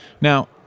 Now